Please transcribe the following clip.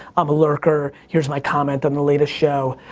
i'm a lurker, here's my comment on the latest show.